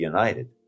United